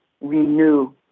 renew